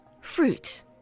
fruit